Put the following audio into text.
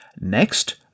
Next